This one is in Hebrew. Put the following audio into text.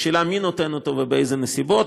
השאלה היא מי נותן אותו ובאילו נסיבות,